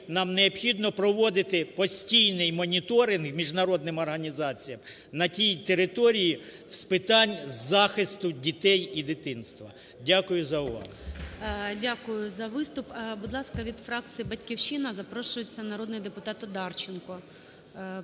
нам необхідно проводити постійний моніторинг з міжнародними організаціями на тій території з питань захисту дітей і дитинства. Дякую за увагу.